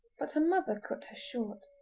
but her mother cut her short.